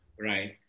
right